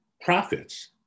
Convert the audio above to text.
profits